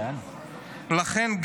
לכן,